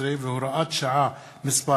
16 והוראת שעה מס'